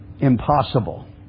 Impossible